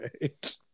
right